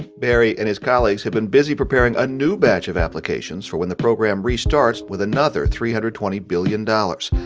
barry and his colleagues have been busy preparing a new batch of applications for when the program restarts with another three hundred and twenty billion dollars.